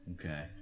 okay